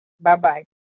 Bye-bye